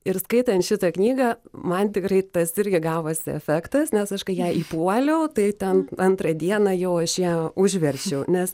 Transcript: ir skaitant šitą knygą man tikrai tas irgi gavosi efektas nes aš kai ją įpuoliau tai ten antrą dieną jau aš ją užverčiau nes